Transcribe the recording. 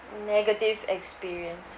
negative experience